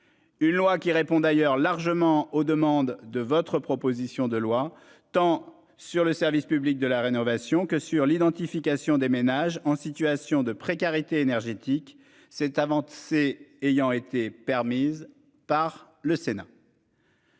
Une loi qui répond d'ailleurs largement aux demandes de votre proposition de loi tant sur le service public de la rénovation que sur l'identification des ménages en situation de précarité énergétique, cette avancée ayant été permise par le Sénat.